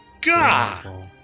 God